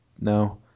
No